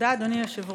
תודה, אדוני היושב-ראש.